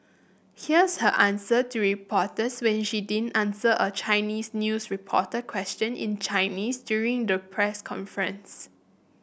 here's her answer to reporters when she didn't answer a Chinese news reporter question in Chinese during the press conference